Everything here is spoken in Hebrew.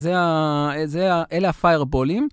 אלה הפיירבולים.